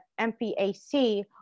MPAC